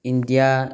India